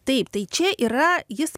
taip tai čia yra jis